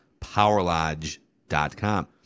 PowerLodge.com